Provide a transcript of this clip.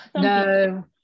No